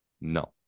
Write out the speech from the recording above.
No